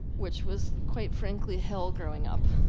which was quite frankly hell growing up.